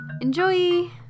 Enjoy